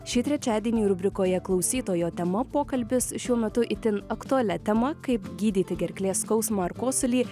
šį trečiadienį rubrikoje klausytojo tema pokalbis šiuo metu itin aktualia tema kaip gydyti gerklės skausmą ar kosulį